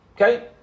Okay